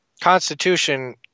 Constitution